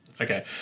Okay